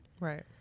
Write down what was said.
Right